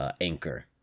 Anchor